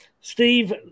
Steve